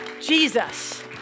Jesus